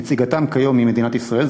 נציגתם כיום היא מדינת ישראל,